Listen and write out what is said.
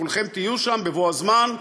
כולכם תהיו שם בבוא הזמן,